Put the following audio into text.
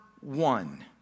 one